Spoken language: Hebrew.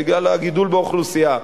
בגלל הגידול באוכלוסייה.